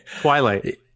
twilight